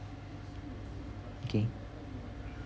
okay